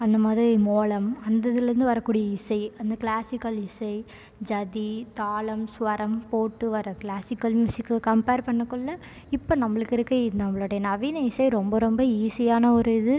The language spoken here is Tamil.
அந்த மாதிரி மேளம் அந்த இதுலேருந்து வரக்கூடிய இசை அந்த க்ளாசிக்கல் இசை ஜதி தாளம் ஸ்வரம் போட்டு வர்ற க்ளாசிக்கல் மியூசிக்கை கம்பேர் பண்ணக்குள்ளே இப்போ நம்மளுக்கு இருக்க இன் நம்மளுடைய நவீன இசை ரொம்ப ரொம்ப ஈஸியான ஒரு இது